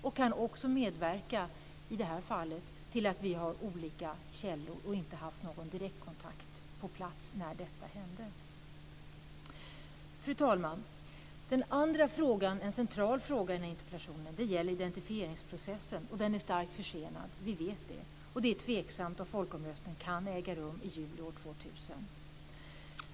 Det kan också medverka till att vi har olika källor och inte hade någon direktkontakt på plats när detta hände. Fru talman! En central fråga i interpellationen gäller identifieringsprocessen, och den är starkt försenad, det vet vi. Det är tveksamt om folkomröstningen kan äga rum i juli år 2000.